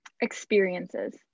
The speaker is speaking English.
Experiences